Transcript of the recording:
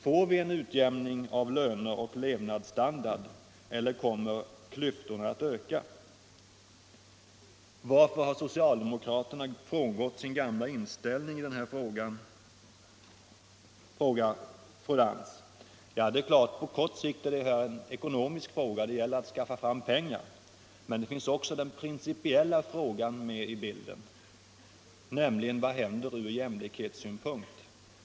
Får vi en utjämning av löner och levnadsstandard eller kommer klyftorna att öka? Varför har socialdemokraterna frångått sin gamla inställning i detta avseende, frågar fru Lantz. Det är klart att detta på kort sikt är en ekonomisk fråga. Det gäller att skaffa fram pengar. Men den principiella frågan finns också med i bilden: Vad händer från jämlikhetssynpunkt?